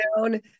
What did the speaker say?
down